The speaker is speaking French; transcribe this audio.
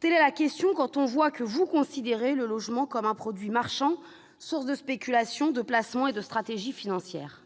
Telle est la question, quand on voit que vous considérez le logement comme un produit marchand, source de spéculation, de placements et de stratégies financières.